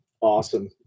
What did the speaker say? awesome